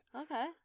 Okay